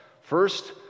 First